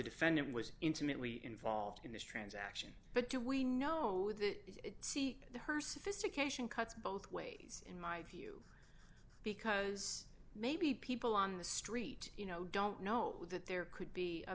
defendant was intimately involved in this transaction but do we know that see her sophistication cuts both ways in my view because maybe people on the street you know don't know that there could be a